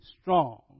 strong